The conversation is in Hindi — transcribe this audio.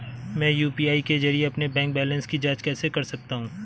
मैं यू.पी.आई के जरिए अपने बैंक बैलेंस की जाँच कैसे कर सकता हूँ?